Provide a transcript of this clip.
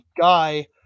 Guy